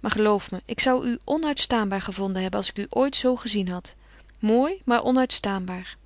maar geloof me ik zou u onuitstaanbaar gevonden hebben als ik u ooit zoo gezien had mooi maar onuitstaanbaar